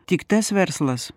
tik tas verslas